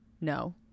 no